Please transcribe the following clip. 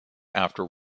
after